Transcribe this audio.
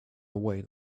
away